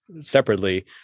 separately